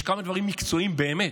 יש כמה דברים מקצועיים באמת.